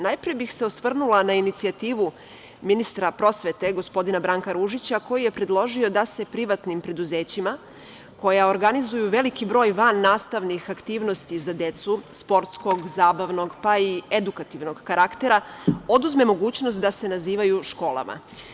Najpre bih se osvrnula na inicijativu ministra prosvete gospodina Branka Ružića, koji je predložio da se privatnim preduzećima koja organizuju veliki broj vannastavnih aktivnosti za decu, sportskog, zabavnog, pa i edukativnog karaktera, oduzme mogućnost da se nazivaju školama.